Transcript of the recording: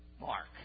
Mark